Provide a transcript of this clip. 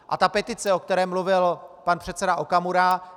A petice, o které mluvil pan předseda Okamura.